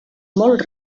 molt